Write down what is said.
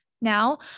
now